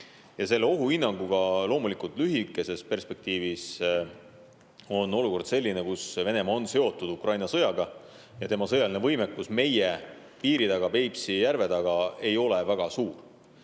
on. Selle ohuhinnanguga lühikeses perspektiivis on olukord selline, kus Venemaa on seotud Ukraina sõjaga ja tema sõjaline võimekus meie piiri taga, Peipsi järve taga ei ole väga suur.